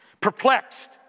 Perplexed